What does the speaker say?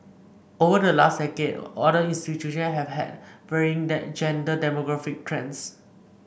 over the last decade other institution have had varying the gender demographic trends